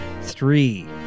Three